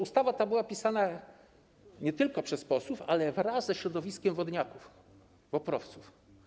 Ustawa ta była pisana nie tylko przez posłów, ale wraz ze środowiskiem wodniaków, WOPR-owców.